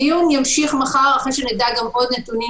הדיון ימשיך מחר לאחר שנדע עוד נתונים